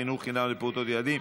חינוך חינם לפעוטות ולילדים),